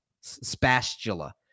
spatula